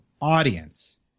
audience